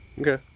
Okay